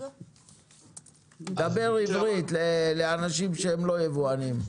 דבר עברית לאנשים שהם לא יבואנים,